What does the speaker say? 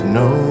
no